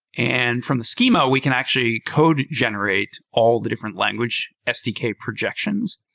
and from the schema we can actually code generate all the different language sdk projections.